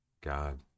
God